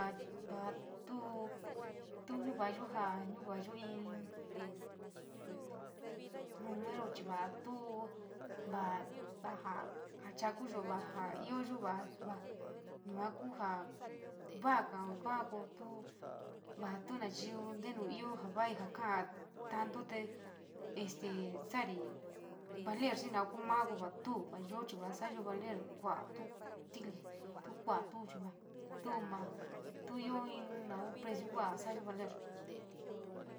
Vaa, vatuu, tuo ñuvayo jaa nu vayo in número chi, vaa tuu vaa ja, vaa chakuyo ó yoo vaa yua koo jaa waraga ka kootoo vaa tuo naiyú kuu intuu po foo vaa ja kaa tanto te este scario. Vale iré en nou kuu ma varlo chi yuo chi saiyo vale kaato titi tuo kuati tuo chi vaa tuo maa tuo io in nau precio kua sayo valer.